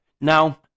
now